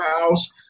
house